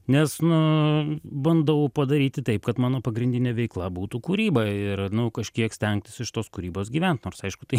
nes nu bandau padaryti taip kad mano pagrindinė veikla būtų kūryba ir nu kažkiek stengtis iš tos kūrybos gyvent nors aišku tai